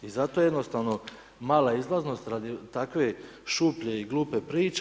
I zato je jednostavno mala izlaznost radi takve šuplje i glupe priče.